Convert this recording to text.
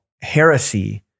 heresy